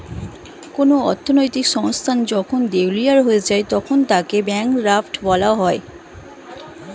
কোন অর্থনৈতিক সংস্থা যখন দেউলিয়া হয়ে যায় তখন তাকে ব্যাঙ্করাপ্ট বলা হয়